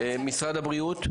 משרד הבריאות.